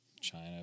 China